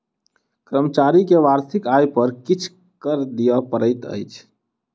कर्मचारी के वार्षिक आय पर किछ कर दिअ पड़ैत अछि